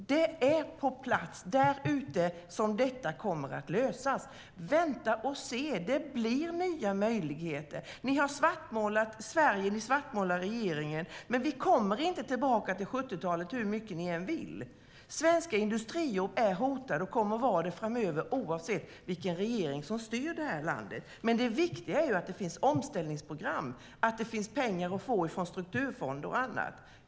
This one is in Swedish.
Det är på plats där ute som detta kommer att lösas. Vänta och se! Det blir nya möjligheter. Ni har svartmålat Sverige; ni svartmålar regeringen. Men vi kommer inte tillbaka till 70-talet, hur mycket ni än vill. Svenska industrier är hotade och kommer att vara det framöver oavsett vilken regering som styr landet. Det viktiga är att det finns omställningsprogram och att det finns pengar att få från strukturfonder och annat.